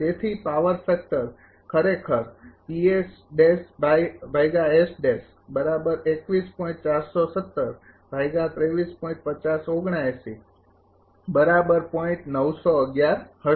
તેથી power factor ખરેખર હશે